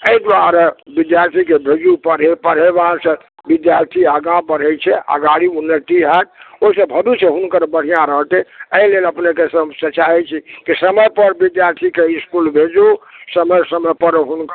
एहि दुआरे विद्यार्थीकेँ भेजियौ पढ़ेबासँ विद्यार्थी आगाँ बढ़ैत छै आगाड़ी उन्नति होयत ओहिसँ भविष्य हुनकर बढ़िआँ रहतै एहिलेल अपनेके सभसँ चाहैत छी कि समयपर विद्यार्थीकेँ इसकुल भेजू समय समयपर हुनका